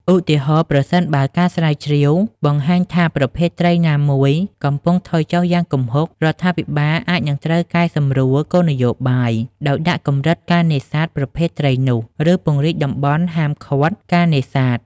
ឧទាហរណ៍ ប្រសិនបើការស្រាវជ្រាវបង្ហាញថាប្រភេទត្រីណាមួយកំពុងថយចុះយ៉ាងគំហុក រដ្ឋាភិបាលអាចនឹងត្រូវកែសម្រួលគោលនយោបាយ ដោយដាក់កម្រិតការនេសាទប្រភេទត្រីនោះ ឬពង្រីកតំបន់ហាមឃាត់ការនេសាទ។